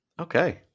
Okay